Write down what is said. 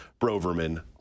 Broverman